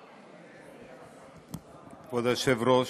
כבוד היושב-ראש,